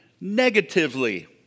negatively